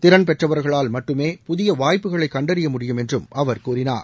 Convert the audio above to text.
திறள் பெற்றவர்களால் மட்டுமே புதிய வாய்ப்புகளை கண்டறியமுடியும் என்றும் அவர் கூறினார்